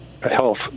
health